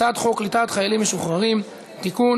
הצעת חוק קליטת חיילים משוחררים (תיקון,